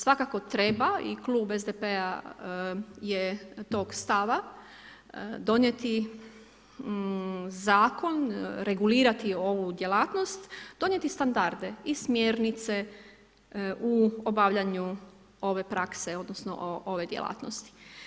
Svako treba i Klub SDP-a je tog stava donijeti zakon, regulirati ovu djelatnost, donijeti standarde i smjernice u obavljanju ove prakse, odnosno, ove djelatnosti.